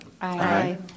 Aye